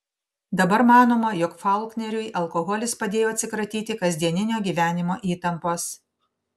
dabar manoma jog faulkneriui alkoholis padėjo atsikratyti kasdieninio gyvenimo įtampos